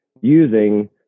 using